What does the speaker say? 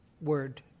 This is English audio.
word